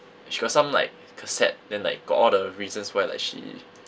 she got some like cassette then like got all the reasons why like she